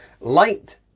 Light